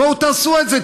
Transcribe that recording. בואו תעשה את זה.